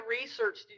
research